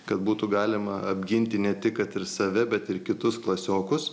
kad būtų galima apginti ne tik kad ir save bet ir kitus klasiokus